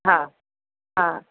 हा हा